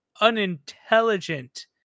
unintelligent